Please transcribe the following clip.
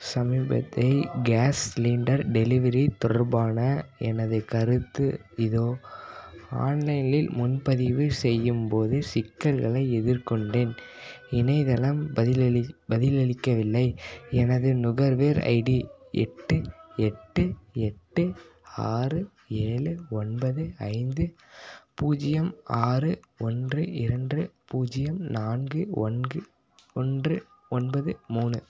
சமீபத்திய gas cylinder delivery தொடர்பான எனது கருத்து இதோ ஆன்லைனில் முன்பதிவு செய்யும் போது சிக்கல்களை எதிர்கொண்டேன் இணையதளம் பதிலளி பதிலளிக்கவில்லை எனது நுகர்வோர் ஐடி எட்டு எட்டு எட்டு ஆறு ஏழு ஒன்பது ஐந்து பூஜ்ஜியம் ஆறு ஒன்று இரண்டு பூஜ்ஜியம் நான்கு ஒன்று ஒன்று ஒன்பது மூணு